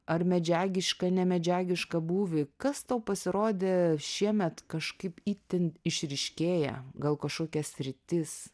ar medžiagišką nemedžiagišką būvį kas tau pasirodė šiemet kažkaip itin išryškėję gal kažkokia sritis